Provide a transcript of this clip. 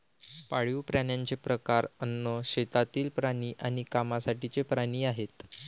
पाळीव प्राण्यांचे प्रकार अन्न, शेतातील प्राणी आणि कामासाठीचे प्राणी आहेत